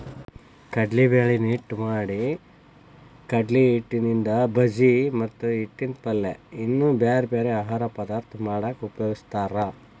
ಕಡ್ಲಿಬ್ಯಾಳಿನ ಹಿಟ್ಟ್ ಮಾಡಿಕಡ್ಲಿಹಿಟ್ಟಿನಿಂದ ಬಜಿ ಮತ್ತ ಹಿಟ್ಟಿನ ಪಲ್ಯ ಇನ್ನೂ ಬ್ಯಾರ್ಬ್ಯಾರೇ ಆಹಾರ ಪದಾರ್ಥ ಮಾಡಾಕ ಉಪಯೋಗಸ್ತಾರ